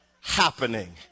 happening